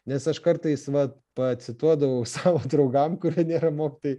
nes aš kartais va pacituodavau sau draugam kurie nėra mokytojai